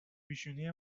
پیشونی